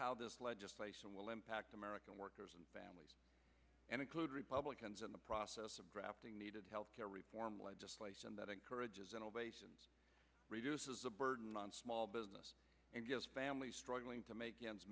how this legislation will impact american workers and families and include republicans in the process of drafting needed health care reform legislation that encourages innovation reduces the burden on small business and gives families struggling to make ends